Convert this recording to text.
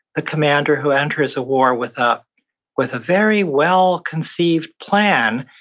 a commander who enters a war with ah with a very well conceived plan,